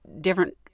different